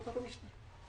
הישיבה ננעלה בשעה 12:00.